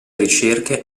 ricerche